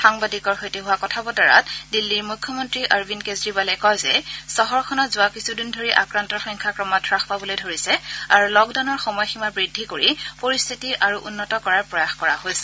সাংবাদিকৰ সৈতে হোৱা কথাবতৰাত দিল্লীৰ মুখ্যমন্ত্ৰী অৰবিন্দ কেজৰিৱালে কয় যে চহৰখনত যোৱা কিছুদিন ধৰি আক্ৰান্তৰ সংখ্যা ক্ৰমাৎ হাস পাবলৈ ধৰিছে আৰু লকডাউনৰ সময়সীমা বৃদ্ধি কৰি পৰিস্থিতি আৰু উন্নত কৰাৰ প্ৰয়াস কৰা হৈছে